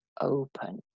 open